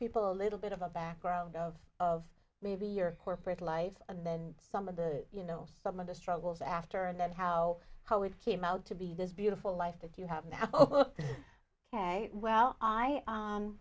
people a little bit of a background of of maybe your corporate life and then some of the you know some of the struggles after and then how how it came out to be this beautiful life that you have now ok well i